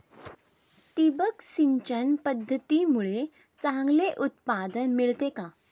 ठिबक सिंचन पद्धतीमुळे चांगले उत्पादन मिळते का?